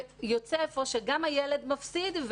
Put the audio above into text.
ויוצא שגם הילד מפסיד,